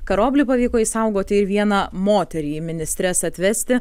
karoblį pavyko išsaugoti ir vieną moterį į ministres atvesti